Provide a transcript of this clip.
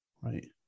right